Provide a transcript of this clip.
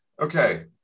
okay